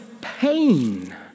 pain